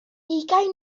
ugain